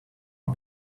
are